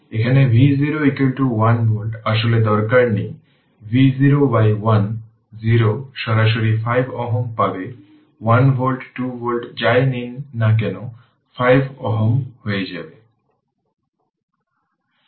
এখানে V0 1 volt আসলে দরকার নেই V0 বাই 1 0 সরাসরি 5 Ω পাবে 1 ভোল্ট 2 ভোল্ট যাই নিই না কেন 5 Ω হয়ে যাবে